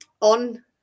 on